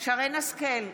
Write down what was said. שרן מרים השכל,